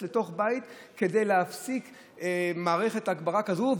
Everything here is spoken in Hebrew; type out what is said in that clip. לתוך בית כדי להפסיק מערכת הגברה כזאת.